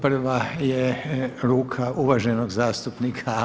Prva je ruka uvaženog zastupnika